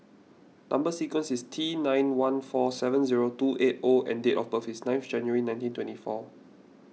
Number Sequence is T nine one four seven zero two eight O and date of birth is ninth January nineteen twenty four